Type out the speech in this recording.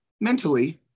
mentally